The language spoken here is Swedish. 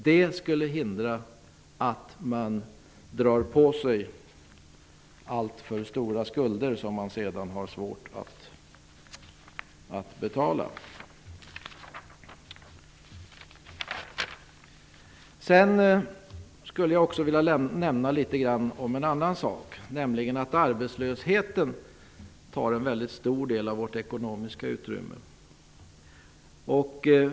Det skulle hindra att man drar på sig alltför stora skulder som man sedan har svårt att betala. Jag skulle också vilja nämna en annan sak, nämligen att arbetslösheten tar en väldigt stor del av vårt ekonomiska utrymme.